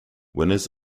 winners